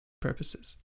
purposes